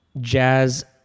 jazz